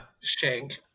Shank